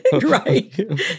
Right